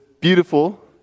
beautiful